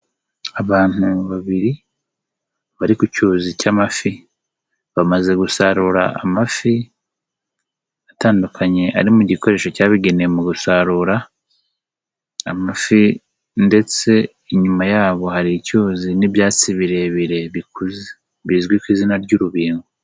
Abantu babiri bari ku cyuzi cy'amafi. Bamaze gusarura amafi atandukanye. Arimo igikoresho cyabugenewe mu gusarura amafi ndetse inyuma yabo hari icyuzi n'ibyatsi birebire, bizwi ku izina ry'urubingo.